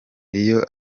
iyo